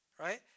right